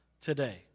today